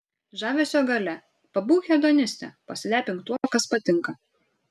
žavesio galia pabūk hedoniste pasilepink tuo kas patinka